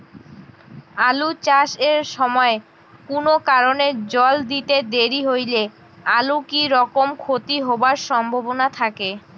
আলু চাষ এর সময় কুনো কারণে জল দিতে দেরি হইলে আলুর কি রকম ক্ষতি হবার সম্ভবনা থাকে?